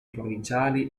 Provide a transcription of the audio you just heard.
provinciali